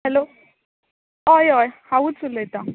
hello हय हय हांवूच उलयतां